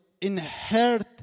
inherit